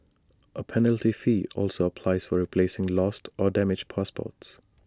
A penalty fee also applies for replacing lost or damaged passports